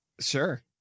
Sure